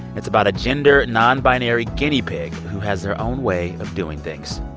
it's about a gender nonbinary guinea pig who has their own way of doing things.